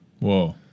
Whoa